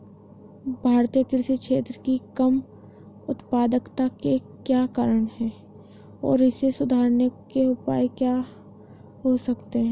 भारतीय कृषि क्षेत्र की कम उत्पादकता के क्या कारण हैं और इसे सुधारने के उपाय क्या हो सकते हैं?